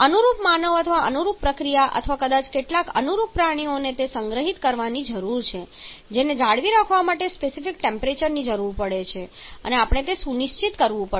અનુરૂપ માનવ અથવા અનુરૂપ પ્રક્રિયા અથવા કદાચ કેટલાક અનુરૂપ પ્રાણીઓને તે સંગ્રહિત કરવાની જરૂર છે જેને જાળવી રાખવા માટે સ્પેસિફિક ટેમ્પરેચરની જરૂર છે અને તે આપણે સુનિશ્ચિત કરવું પડશે